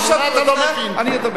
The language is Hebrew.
על כל מה שאתה רוצה, אני אדבר.